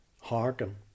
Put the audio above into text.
hearken